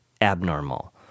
abnormal